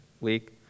week